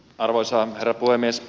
arvoisa herra puhemies